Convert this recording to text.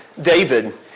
David